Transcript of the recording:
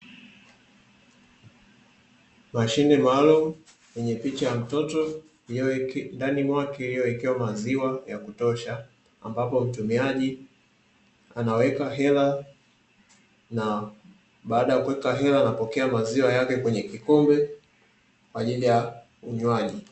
Mashine maalumu yenye picha ya mtoto, ndani yake ikiwa imewekewa maziwa yakutosha ambayo mtumiaji anaweka hela, na baada ya kuweka hela anapokea maziwa yake kwenye kikombe kwa ajili ya unywaji.